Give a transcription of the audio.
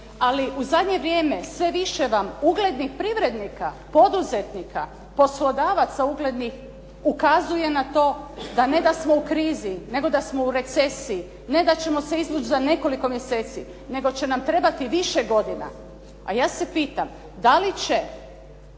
Ali u zadnje vrijeme sve više vam uglednih privrednika, poduzetnika, poslodavaca uglednih ukazuje na to da ne da smo u krizi nego da smo u recesiji, ne da ćemo se izvući za nekoliko mjeseci nego će nam trebati više godina. A ja se pitam da li će